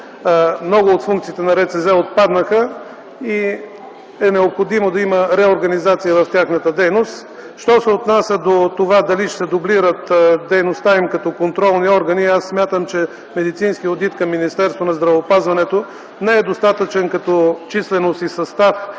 много от функциите на РЦЗ отпаднаха и е необходимо да има реорганизация в тяхната дейност. Що се отнася до това дали ще се дублира дейността им като контролни органи, аз смятам, че медицинският одит към Министерството на здравеопазването не е достатъчен като численост, състав